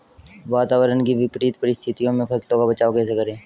वातावरण की विपरीत परिस्थितियों में फसलों का बचाव कैसे करें?